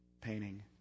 painting